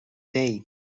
day